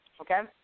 okay